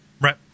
Right